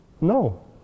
No